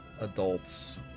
adults